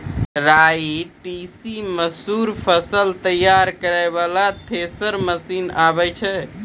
राई तीसी मसूर फसल तैयारी करै वाला थेसर मसीन आबै छै?